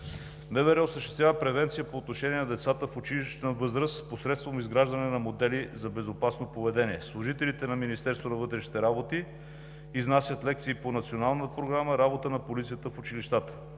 МВР осъществява превенция по отношение на децата в училищна възраст посредством изграждане на модели за безопасно поведение. Служителите на Министерството на вътрешните работи изнасят лекции по Национална програма „Работа на полицията в училищата“.